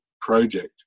project